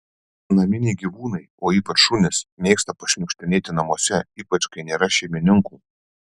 naminiai gyvūnai o ypač šunys mėgsta pašniukštinėti namuose ypač kai nėra šeimininkų